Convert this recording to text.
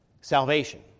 Salvation